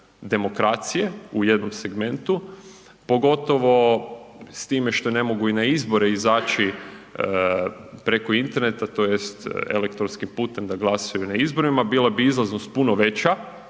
demokracije u jednom segmentu pogotovo s time što ne mogu i na izbore izaći preko interneta tj. elektronskim putem da glasuju na izborima, bila bi izlaznost puno veća,